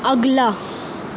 اگلا